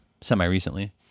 semi-recently